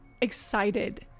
excited